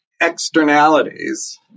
externalities